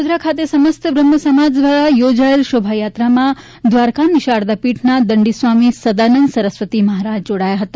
વડોદરા ખાતે સમસ્ત બ્રહ્મસમાજ દ્વારા યોજાયેલી શોભાયાત્રામાં દ્વારકાની શારદાપીઠના દંડીસ્વામી સદાનંદ સરસ્વતી મહારાજ જોડાયા હતા